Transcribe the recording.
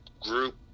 group